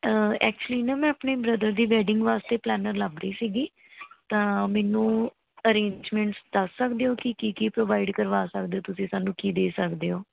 actually ਨਾ ਮੈਂ ਆਪਣੇ ਬ੍ਰਦਰ ਦੀ ਵੈਡਿੰਗ ਵਾਸਤੇ ਪਲੈਨਰ ਲੱਭ ਰਹੀ ਸੀਗੀ ਤਾਂ ਮੈਨੂੰ ਅਰੇਂਜਮੈਂਟਸ ਦੱਸ ਸਕਦੇ ਹੋ ਕਿ ਕੀ ਕੀ ਪ੍ਰੋਵਾਈਡ ਕਰਵਾ ਸਕਦੇ ਹੋ ਤੁਸੀਂ ਸਾਨੂੰ ਕੀ ਦੇ ਸਕਦੇ ਹੋ